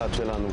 בסרטון הקודם?